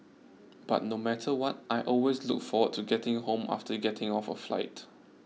but no matter what I always look forward to getting home after getting off a flight